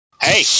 Hey